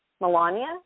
melania